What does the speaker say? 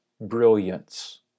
brilliance